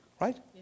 right